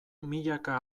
milaka